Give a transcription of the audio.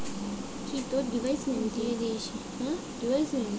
সমাজের মহিলা ব্যাক্তিরা কি এই প্রকল্প থেকে সাহায্য পেতে পারেন?